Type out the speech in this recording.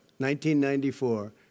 1994